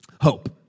hope